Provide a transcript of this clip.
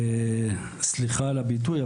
סליחה על הביטוי,